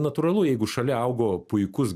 natūralu jeigu šalia augo puikus